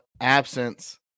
absence